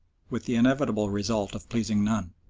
with the inevitable result of pleasing none.